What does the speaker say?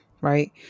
right